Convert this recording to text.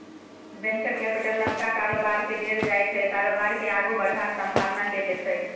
venture capital नबका कारोबारकेँ देल जाइ छै कारोबार केँ आगु बढ़बाक संभाबना केँ देखैत